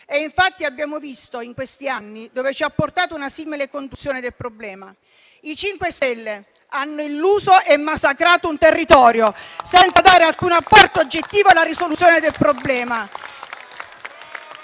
infatti, in questi anni dove ci ha portato una simile conduzione del problema. I 5 Stelle hanno illuso e massacrato un territorio, senza dare alcun apporto oggettivo alla risoluzione del problema.